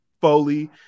Foley